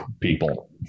people